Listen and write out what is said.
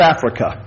Africa